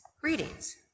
Greetings